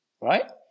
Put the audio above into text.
right